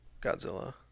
Godzilla